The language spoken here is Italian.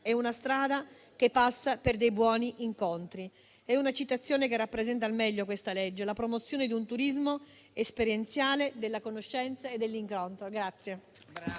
è una strada che passa per dei buoni incontri». È una citazione che rappresenta al meglio questa legge: la promozione di un turismo esperienziale, della conoscenza e dell'incontro.